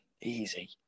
Easy